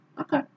okay